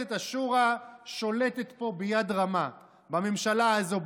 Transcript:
מועצת השורא שולטת פה ביד רמה בממשלה הזאת,